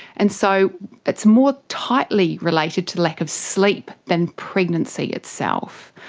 and so it's more tightly related to lack of sleep than pregnancy itself.